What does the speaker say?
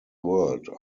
world